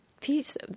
piece